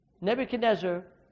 Nebuchadnezzar